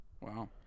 Wow